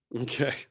Okay